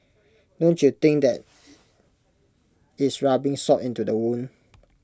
don't you think that is rubbing salt into the wound